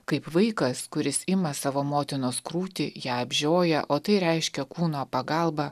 kaip vaikas kuris ima savo motinos krūtį ją apžioja o tai reiškia kūno pagalbą